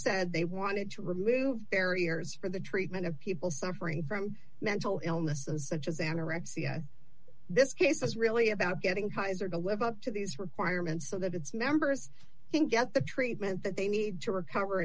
said they wanted to remove barriers for the treatment of people suffering from mental illness and such as anorexia this case is really about getting hisor to live up to these requirements so that its members can get the treatment that they need to recover